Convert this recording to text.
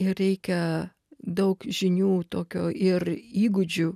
ir reikia daug žinių tokio ir įgūdžių